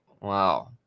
Wow